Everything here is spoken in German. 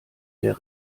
der